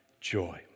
joy